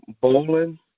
bowling